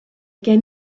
gen